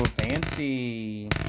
fancy